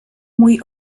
mój